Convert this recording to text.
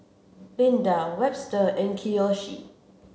Linda Webster and Kiyoshi